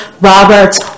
Roberts